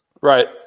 Right